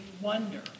wonder